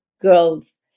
girls